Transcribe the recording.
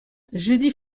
judy